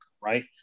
right